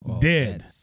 Dead